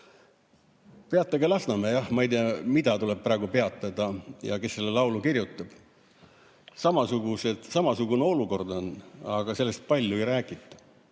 Peatage Lasnamäe, jah. Ma ei tea, mida tuleb praegu peatada ja kes selle laulu kirjutab. Samasugune olukord on, aga sellest palju ei räägita.